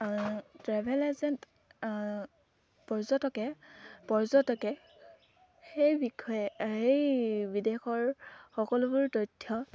travel agent পৰ্যটকে পৰ্যটকে সেই বিষয়ে সেই বিদেশৰ সকলোবোৰ তথ্য